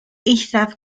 eithaf